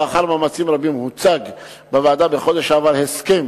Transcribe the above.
לאחר מאמצים רבים הוצג בוועדה בחודש שעבר הסכם